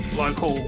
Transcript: local